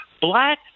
Black